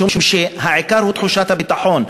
משום שהעיקר הוא תחושת הביטחון.